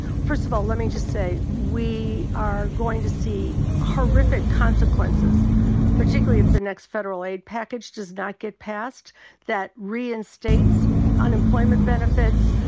first of all let me just say we are going to see horrific consequences particularly if the next federal aid package does not get passed that reinstates unemployment benefits,